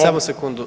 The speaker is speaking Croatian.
Samo sekundu.